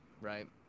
right